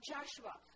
Joshua